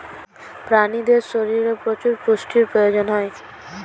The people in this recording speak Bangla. প্রাণীদের শরীরে প্রচুর পুষ্টির প্রয়োজন হয়